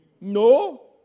No